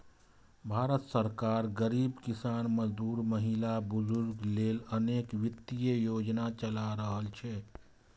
भारत सरकार गरीब, किसान, मजदूर, महिला, बुजुर्ग लेल अनेक वित्तीय योजना चला रहल छै